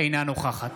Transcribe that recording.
אינה נוכחת